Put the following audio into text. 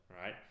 right